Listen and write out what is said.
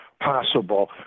possible